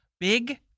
Big